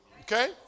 okay